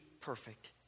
perfect